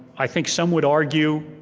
i think some would argue